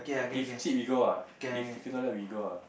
if cheap we go ah if fifteen dollar we go ah